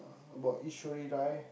about Eshwari Rai